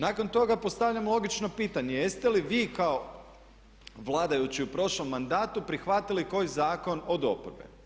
Nakon toga postavljam logično pitanje jeste li vi kao vladajući u prošlom mandatu prihvatili koji zakon od oporbe?